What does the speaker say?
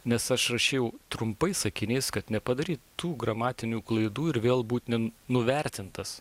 nes aš rašiau trumpais sakiniais kad nepadaryt tų gramatinių klaidų ir vėl būt ne nuvertintas